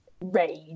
rage